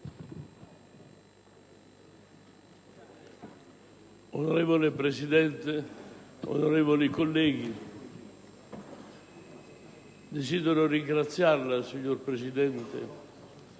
Onorevole Presidente, onorevoli colleghi, desidero ringraziare il Presidente